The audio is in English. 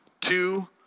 Two